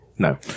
No